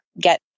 get